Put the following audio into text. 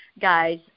guys